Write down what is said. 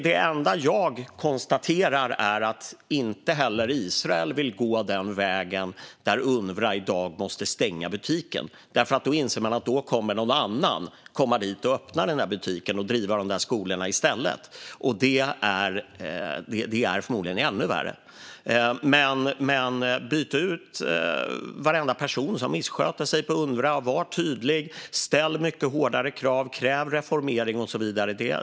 Det enda jag konstaterar är att inte heller Israel vill gå den vägen där Unrwa i dag måste stänga butiken. Man inser att någon annan kommer att komma dit och öppna butiken och driva skolorna i stället, och det är förmodligen ännu värre. Byt ut varenda person som missköter sig inom Unrwa, var tydlig, ställ mycket hårdare krav, kräv reformering och så vidare.